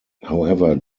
however